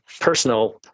personal